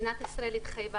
מדינת ישראל התחייבה